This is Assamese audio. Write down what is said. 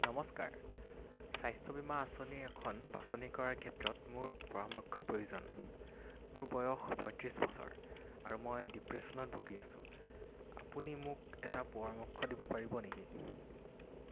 নমস্কাৰ স্বাস্থ্য বীমা আঁচনি এখন বাছনি কৰাৰ ক্ষেত্ৰত মোক পৰামৰ্শৰ প্ৰয়োজন মোৰ বয়স পয়ত্ৰিছ বছৰ আৰু মই ডিপ্ৰেশ্যনত ভুগি আছোঁ আপুনি মোক এটা পৰামৰ্শ দিব পাৰিব নেকি